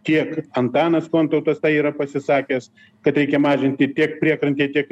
tiek antanas kontautas tai yra pasisakęs kad reikia mažinti tiek priekrantėj tiek